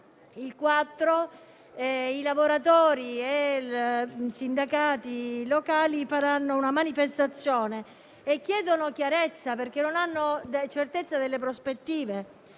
marzo i lavoratori e i sindacati locali faranno una manifestazione chiedendo chiarezza, perché non hanno certezza delle prospettive.